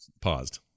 paused